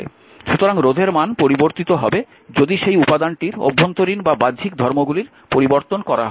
সুতরাং রোধের মান পরিবর্তিত হবে যদি সেই উপাদানটির অভ্যন্তরীণ বা বাহ্যিক ধর্মগুলির পরিবর্তন করা হয়